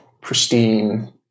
pristine